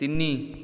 ତିନି